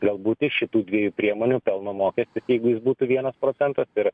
galbūt ir šitų dviejų priemonių pelno mokestis jeigu jis būtų vienas procentas ir